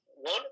One